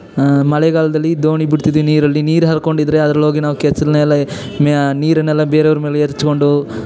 ಮಳೆಗಾಲದಲ್ಲಿ ದೋಣಿ ಬಿಡ್ತಿದ್ವಿ ನೀರಲ್ಲಿ ನೀರು ಹರ್ಕೊಂಡು ಇದ್ದರೆ ಅದ್ರಲ್ಲಿ ಹೋಗಿ ನಾವು ಕೆಸರನ್ನೆಲ್ಲ ನೀರನ್ನೆಲ್ಲ ಬೇರೆಯವರ ಮೇಲೆ ಎರೆಚ್ಕೊಂಡು